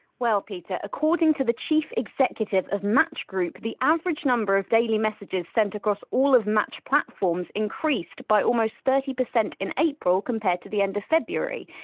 peter, according to the chief executive of match group the average number of daily messages sent across all of match platforms increased by almost thirty percent in april compared to the end of february.